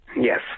Yes